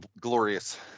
glorious